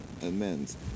amends